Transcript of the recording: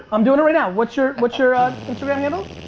i'm doing it right now. what's your what's your ah instagram handle?